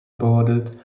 bordered